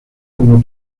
como